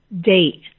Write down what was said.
date